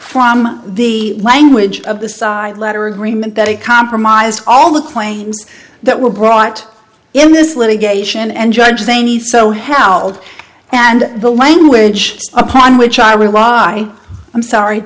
from the language of the side letter agreement that a compromise all the claims that were brought in this litigation and judge saini so held and the language upon which i relied i'm sorry